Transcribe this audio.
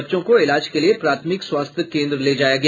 बच्चों को इलाज के लिए प्राथमिक स्वास्थ्य केंद्र ले जाया गया